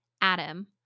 Adam